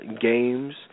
games